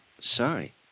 Sorry